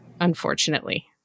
unfortunately